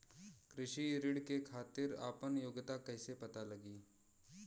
कृषि ऋण के खातिर आपन योग्यता कईसे पता लगी?